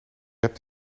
hebt